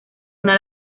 una